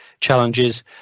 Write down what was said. challenges